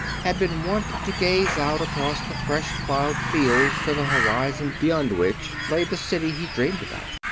had been wont to gaze out across the fresh-plowed fields to the horizon beyond which lay the city he dreamed about.